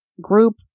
group